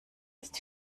ist